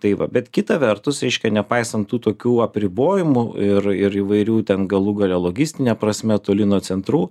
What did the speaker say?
tai va bet kita vertus reiškia nepaisant tų tokių apribojimų ir ir įvairių ten galų gale logistine prasme toli nuo centrų